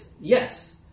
yes